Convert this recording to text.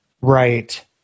Right